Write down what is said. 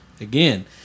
Again